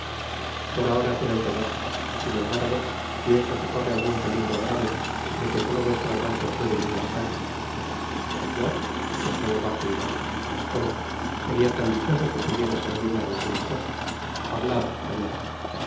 por ahora creo que no sin embargo pienso que corre algun peligro grave de que solo vuestra gracia puede libertarla yo esclamó buckingam cómo seria tan dichoso que pudiera servirla en alguna cosa hablad hablad